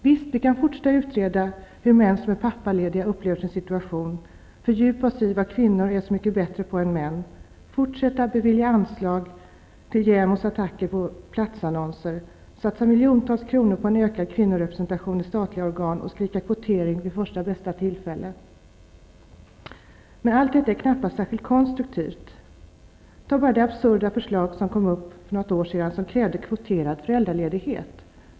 Visst kan vi fortsätta att utreda hur männen som är pappalediga upplever sin situation, fördjupa oss i vad kvinnor är så mycket bättre på än män, fortsätta att bevilja anslag till JämO:s attacker på platsannonser, satsa miljontals kronor på en ökad kvinnorepresentation i statliga organ och skrika kvotering vid första bästa tillfälle. Men allt detta är knappast särskilt konstruktivt. Ta bara det absurda förslaget som kom upp för något år sedan som krävde kvoterad föräldraledighet.